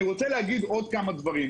אני רוצה להגיד עוד כמה דברים.